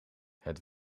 het